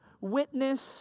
witness